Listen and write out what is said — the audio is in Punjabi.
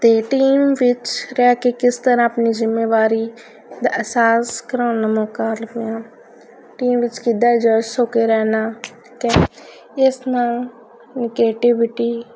ਅਤੇ ਟੀਮ ਵਿੱਚ ਰਹਿ ਕੇ ਕਿਸ ਤਰ੍ਹਾਂ ਆਪਣੀ ਜ਼ਿੰਮੇਵਾਰੀ ਦਾ ਅਹਿਸਾਸ ਕਰਵਾਉਣ ਦਾ ਮੌਕਾ ਮਿਲਿਆ ਟੀਮ ਵਿੱਚ ਕਿੱਦਾਂ ਅਡਜੈਸਟ ਹੋ ਕੇ ਰਹਿਣਾ ਕ ਇਸ ਨਾਲ ਨਿਕੇਟਿਵਿਟੀ